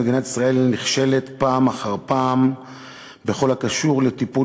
מדינת ישראל נכשלת פעם אחר פעם בכל הקשור לטיפול